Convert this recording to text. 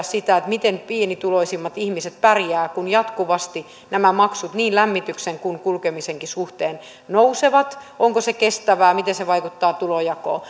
sitä miten pienituloisimmat ihmiset pärjäävät kun jatkuvasti nämä maksut niin lämmityksen kuin kulkemisenkin suhteen nousevat onko se kestävää miten se vaikuttaa tulonjakoon